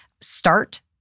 start